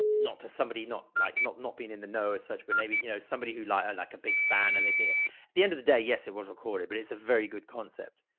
not to somebody, not like, not, not being in the know as such, but maybe, you know, somebody who like, like a big fan and they think at the end of the day, yes, it was recorded, but it's a very good concept.